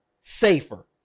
safer